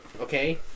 Okay